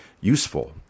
useful